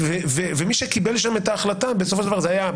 מי שקיבל שם את ההחלטה בסופו של דבר היו,